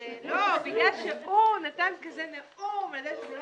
זה בגלל שהוא נתן נאום כזה על כך שזה לא